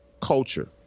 culture